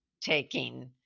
taking